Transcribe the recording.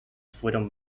fueron